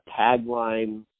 tagline